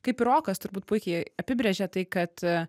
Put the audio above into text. kaip ir rokas turbūt puikiai apibrėžė tai kad